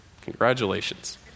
Congratulations